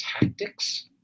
tactics